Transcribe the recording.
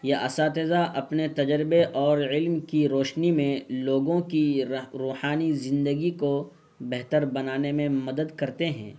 یہ اساتذہ اپنے تجربے اور علم کی روشنی میں لوگوں کی روحانی زندگی کو بہتر بنانے میں مدد کرتے ہیں